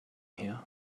here